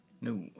No